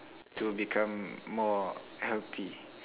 to become more healthy